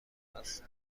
است